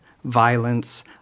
violence